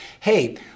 hey